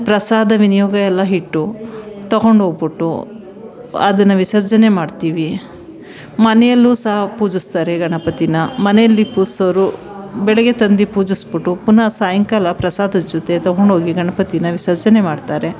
ಪ್ರಸಾದ ವಿನಿಯೋಗ ಎಲ್ಲ ಹಿಟ್ಟು ತಗೊಂಡು ಹೋಗ್ಬಿಟ್ಟು ಅದನ್ನ ವಿಸರ್ಜನೆ ಮಾಡ್ತೀವಿ ಮನೆಯಲ್ಲೂ ಸಹ ಪೂಜಿಸ್ತಾರೆ ಗಣಪತಿನಾ ಮನೆಯಲ್ಲಿ ಪೂಜಿಸೋರು ಬೆಳಗ್ಗೆ ತಂದು ಪೂಜಿಸಿಬಿಟ್ಟು ಪುನಃ ಸಾಯಂಕಾಲ ಪ್ರಸಾದದ ಜೊತೆ ತಗೊಂಡು ಹೋಗಿ ಗಣಪತಿನ ವಿಸರ್ಜನೆ ಮಾಡ್ತಾರೆ